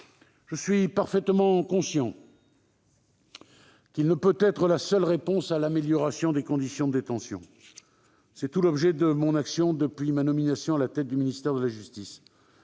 Je suis parfaitement conscient qu'il ne peut être la seule réponse à l'amélioration des conditions de détention, objet de toute mon action depuis ma nomination à la tête du ministère de la justice.